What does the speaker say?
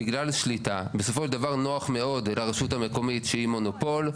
בגלל שליטה בסופו של דבר נוח מאוד לרשות המקומית שהיא מונופול,